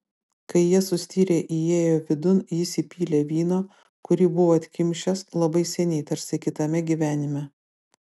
kai jie sustirę įėjo vidun jis įpylė vyno kurį buvo atkimšęs labai seniai tarsi kitame gyvenime